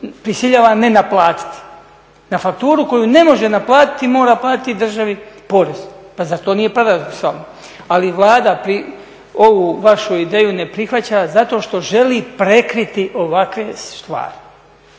prisiljava ne naplatiti. Na fakturu koju ne može naplatiti mora platiti državi porez. Pa zar to nije paradoksalno? Ali Vlada ovu vašu ideju ne prihvaća zato što želi prekriti ovakve stvari